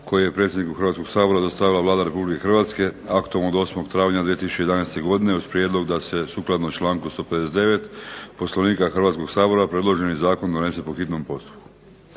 koji je predsjedniku Hrvatskog sabora dostavila Vlada Republike Hrvatske aktom od 8. travnja 2011. godine uz prijedlog da se sukladno članku 159. Poslovnika Hrvatskog sabora predloženi zakon donese po hitnom postupku.